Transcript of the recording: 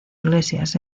iglesias